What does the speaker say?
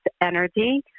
energy